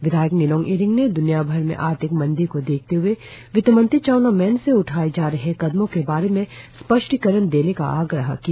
विधायक निनोंग इरिंग ने द्रनियाभर में आर्थिक मंदी को देखते हए वित्तमंत्री चाउना मैन से उठाएं जा रहे कदमों के बारे स्पष्टीकरण देने का आग्रह किया